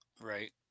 Right